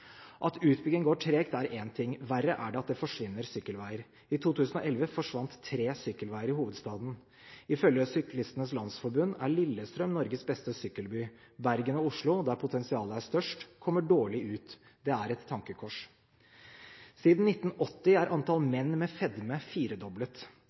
At utbygging går tregt, er én ting. Verre er det at det forsvinner sykkelveier. I 2011 forsvant tre sykkelveier i hovedstaden. Ifølge Syklistenes Landsforening er Lillestrøm Norges beste sykkelby. Bergen og Oslo, der potensialet er størst, kommer dårlig ut. Det er et tankekors. Siden 1980 er